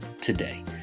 today